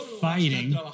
fighting